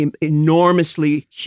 enormously